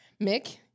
mick